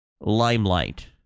limelight